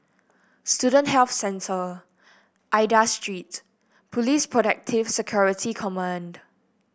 Student Health Centre Aida Street Police Protective Security Command